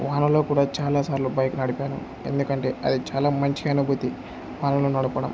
వానలో కూడా చాలా సార్లు బైక్ నడిపాను ఎందుకంటే అది చాలా మంచి అనుభూతి వానలో నడపడం